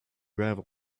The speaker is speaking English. gravel